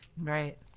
Right